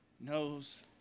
knows